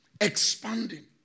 expanding